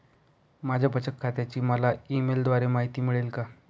माझ्या बचत खात्याची मला ई मेलद्वारे माहिती मिळेल का?